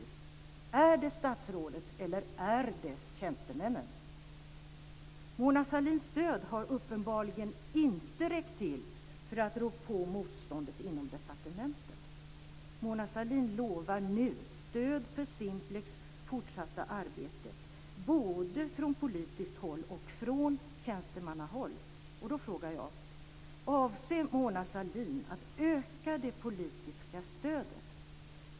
Är det statsrådet eller är det tjänstemännen? Mona Sahlins stöd har uppenbarligen inte räckt till för att rå på motståndet inom departementet. Mona Sahlin lovar nu stöd för Simplex fortsatta arbete både från politiskt håll och från tjänstemannahåll. Då frågar jag: Avser Mona Sahlin att öka det politiska stödet?